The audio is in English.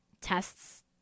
Tests